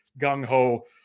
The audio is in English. gung-ho